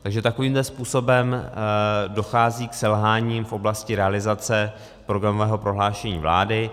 Takže takovýmto způsobem dochází k selhání v oblasti realizace programového prohlášení vlády.